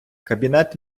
кабінет